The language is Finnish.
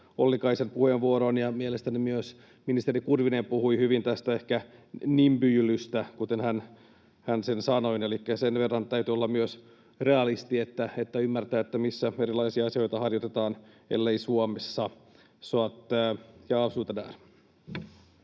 Ollikaisen puheenvuoroon, ja mielestäni myös ministeri Kurvinen puhui hyvin tästä, ehkä, nimbyilystä, kuten hän sen sanoi. Elikkä sen verran täytyy olla myös realisti, että ymmärtää, missä erilaisia asioita harjoitetaan, ellei Suomessa.